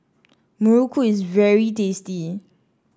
muruku is very tasty